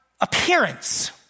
appearance